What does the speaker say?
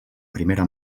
primera